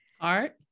Art